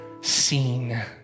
seen